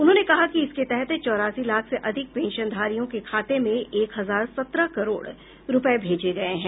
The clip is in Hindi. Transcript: उन्होंने कहा कि इसके तहत चौरासी लाख से अधिक पेंशनधारियों के खाते में एक हजार सत्रह करोड़ रूपये भेजे गये हैं